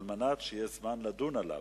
על מנת שיהיה זמן לדון עליו.